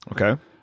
Okay